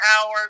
power